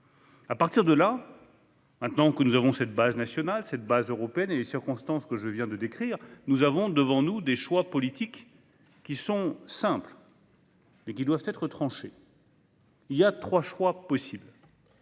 À partir de là, maintenant que nous avons cette base nationale et cette base européenne et que nous faisons face aux circonstances que je viens de décrire, nous avons devant nous des choix politiques qui sont simples et qui doivent être tranchés. Il y a trois choix possibles.